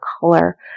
color